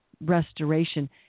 Restoration